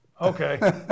Okay